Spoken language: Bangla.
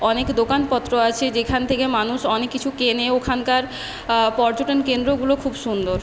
অনেক দোকানপত্র আছে যেখান থেকে মানুষ অনেক কিছু কেনে ওখানকার পর্যটন কেন্দ্রগুলো খুব সুন্দর